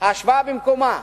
ההשוואה במקומה.